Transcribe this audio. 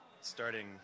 Starting